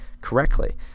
correctly